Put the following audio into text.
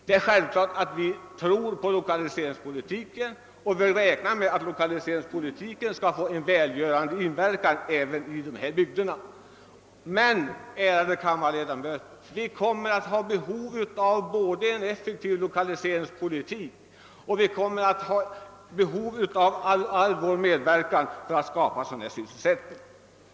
Det är självklart att vi tror på lokaliseringspolitiken och räknar med att den skall ha en välgörande inverkan även i dessa bygder. Men, ärade kammarledamöter, vi kommer att ha behov både av en effektiv lokaliseringspolitik och av alla andra åtgärder som kan bidra till att skapa sysselsättning.